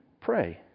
pray